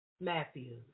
Matthew